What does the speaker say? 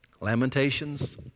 Lamentations